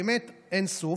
באמת אין-סוף.